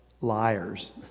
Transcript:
liars